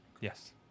Yes